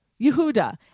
Yehuda